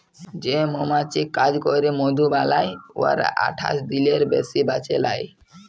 যে মমাছি কাজ ক্যইরে মধু বালাই উয়ারা আঠাশ দিলের বেশি বাঁচে লায়